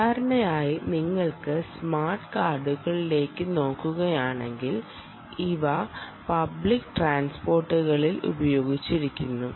സാധാരണയായി നിങ്ങൾ സ്മാർട്ട് കാർഡുകളിലേക്ക് നോക്കുകയാണെങ്കിൽ ഇവ പബ്ലിക് ട്രാൻസ്പോർട്ടുകളിൽ ഉപയോഗിച്ചു വരുന്നു